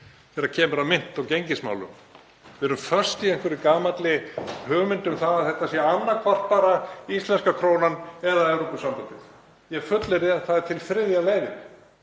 þegar kemur að mynt og gengismálum. Við erum föst í einhverri gamalli hugmynd um að þetta sé annaðhvort bara íslenska krónan eða Evrópusambandið. Ég fullyrði að þriðja leiðin